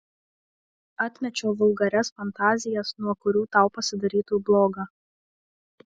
atmečiau vulgarias fantazijas nuo kurių tau pasidarytų bloga